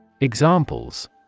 Examples